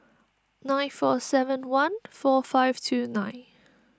nine four seven one four five two nine